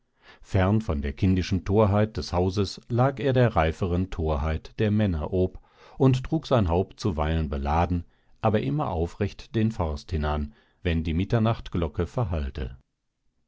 fern von der kindischen torheit des hauses lag er der reiferen torheit der männer ob und trug sein haupt zuweilen beladen aber immer aufrecht den forst hinan wenn die mitternachtglocke verhallte